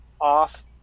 off